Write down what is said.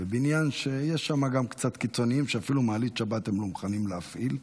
בבניין שיש בו גם קצת קיצוניים שאפילו מעלית שבת הם לא מוכנים להפעיל.